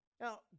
Now